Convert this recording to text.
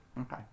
Okay